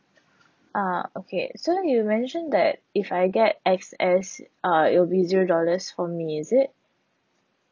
ah okay so you mentioned that if I get X_S uh it will be zero dollars for me is it